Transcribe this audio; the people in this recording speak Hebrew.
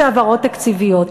יש העברות תקציביות,